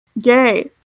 Gay